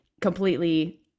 completely